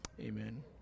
amen